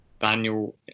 Daniel